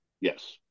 Yes